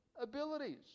abilities